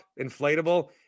inflatable